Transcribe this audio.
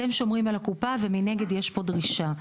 אתם שומרים על הקופה, ומנגד יש פה דרישה.